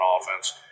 offense